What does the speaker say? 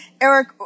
Eric